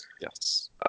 Yes